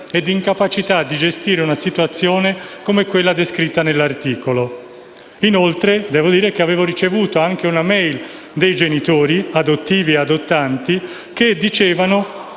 e di incapacità a gestire una situazione come quella descritta nell'articolo. Inoltre, avevo ricevuto anche una *e-mail* dei genitori adottivi e adottanti in cui era